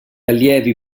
allievi